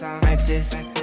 breakfast